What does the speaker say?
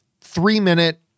three-minute